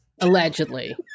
allegedly